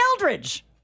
Eldridge